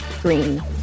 green